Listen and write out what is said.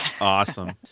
Awesome